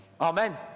amen